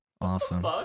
Awesome